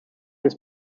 ist